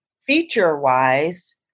feature-wise